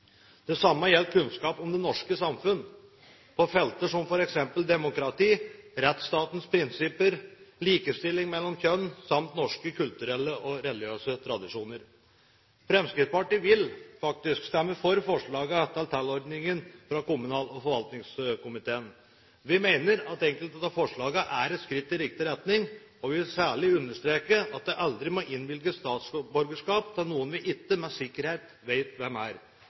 Det samme gjelder kunnskap om det norske samfunn, på felter som f.eks. demokrati, rettsstatens prinsipper, likestilling mellom kjønnene samt norske kulturelle og religiøse tradisjoner. Fremskrittspartiet vil faktisk stemme for forslaget fra kommunal- og forvaltningskomiteen. Vi mener at enkelte av forslagene er et skritt i riktig retning, og vi vil særlig understreke at det aldri må innvilges statsborgerskap til noen vi ikke med sikkerhet vet hvem er,